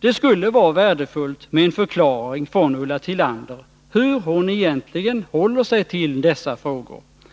Det skulle vara värdefullt med en förklaring från Ulla Tillander hur hon egentligen ställer sig till dessa frågor.